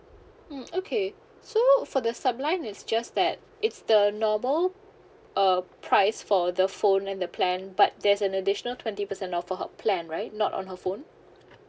mm okay so for the sub line it's just that it's the normal uh price for the phone and the plan but there's an additional twenty percent off for her plan right not on her phone